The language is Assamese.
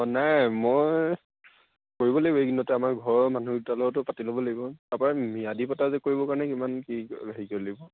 অঁ নাই মই কৰিব লাগিব এই কেইদিনতে আমাৰ ঘৰৰ মানুহকেইটাৰ লগতো পাতি ল'ব লাগিব তাৰপৰা ম্যাদি পট্টা যে কৰিবৰ কাৰণে কিমান কি হেৰি কৰিব লাগিব